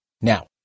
Now